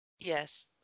Yes